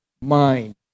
mind